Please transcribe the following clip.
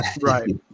Right